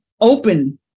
open